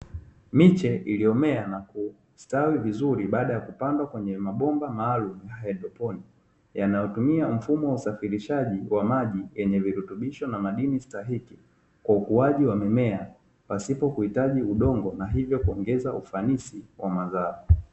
Miche iliyomea na kustawi vizuri baada ya kupandwa kwenye mabomba maalumu ya haidroponi, yanayotumia mfumo wa usafirishaji wa maji yenye virutubisho na madini stahiki kwa ukuaji wa mimea pasipo kuhitaji udongo, na hivyo kuongeza ufanisi kwa mazao.